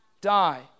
die